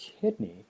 kidney